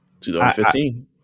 2015